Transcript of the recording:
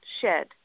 shed